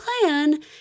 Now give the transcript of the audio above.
plan